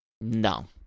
No